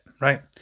Right